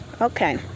Okay